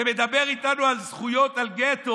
ומדבר איתנו על גטו.